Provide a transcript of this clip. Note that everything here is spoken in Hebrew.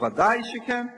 ודאי שכן.